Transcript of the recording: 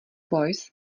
voice